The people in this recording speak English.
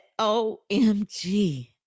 OMG